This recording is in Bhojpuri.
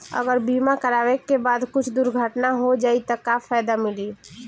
अगर बीमा करावे के बाद कुछ दुर्घटना हो जाई त का फायदा मिली?